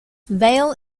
vale